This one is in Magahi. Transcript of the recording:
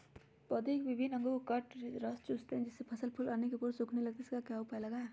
पौधे के विभिन्न अंगों से कीट रस चूसते हैं जिससे फसल फूल आने के पूर्व सूखने लगती है इसका क्या उपाय लगाएं?